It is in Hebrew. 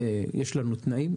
יש לנו תנאים,